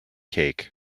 cake